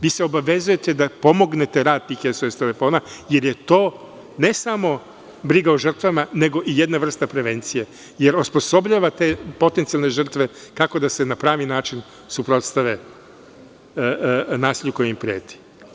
Vi se obavezujete da pomognete rad tih SOS telefona jer je to ne samo briga o žrtvama, nego i jedna vrsta prevencije, jer osposobljavate potencijalne žrtve kako da se na pravi način suprotstave nasilju koje im preti.